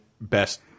best